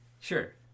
Sure